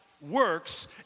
works